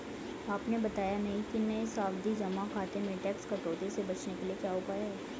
आपने बताया नहीं कि नये सावधि जमा खाते में टैक्स कटौती से बचने के क्या उपाय है?